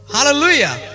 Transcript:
Hallelujah